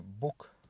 book